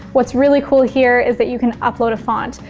what's really cool here is that you can upload a font.